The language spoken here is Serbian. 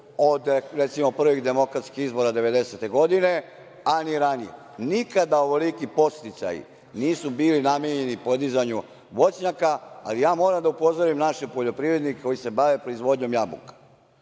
od recimo prvih demokratskih izbora 1990. godine, a ni ranije. Nikada ovoliki podsticaji nisu bili namenjeni podizanju voćnjaka. Ja moram da upozorim naše poljoprivrednike koji se bave proizvodnjom jabuka